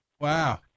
Wow